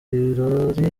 ibirori